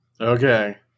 Okay